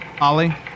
ollie